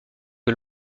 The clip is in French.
que